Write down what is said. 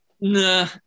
nah